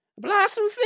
Blossom